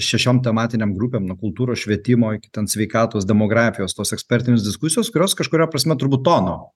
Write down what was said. šešiom tematinėm grupėm nuo kultūros švietimo ten sveikatos demografijos tos ekspertinės diskusijos kurios kažkuria prasme turbūt tono